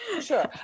Sure